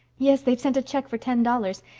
yes they've sent a check for ten dollars,